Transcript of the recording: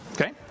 Okay